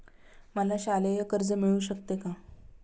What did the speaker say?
मला शालेय कर्ज मिळू शकते का?